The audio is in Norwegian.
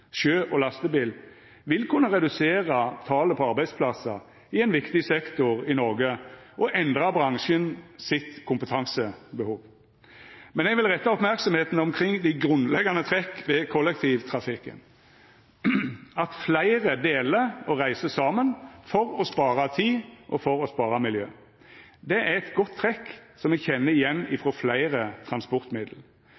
sjø og med lastebil vil kunna redusera talet på arbeidsplassar i ein viktig sektor i Noreg og endra bransjen sitt kompetansebehov. Men eg vil retta merksemd mot dei grunnleggjande trekka ved kollektivtrafikken – at fleire deler og reiser saman for å spara tid og miljø. Det er eit godt trekk me kjenner